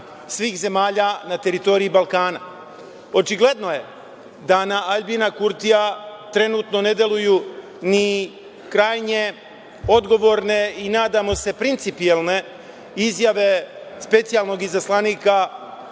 svih zemalja na teritoriji Balkana. Očigledno je da na Aljbina Kurtija trenutno ne deluju ni krajnje odgovorne i nadamo se principijelne izjave specijalnog izaslanika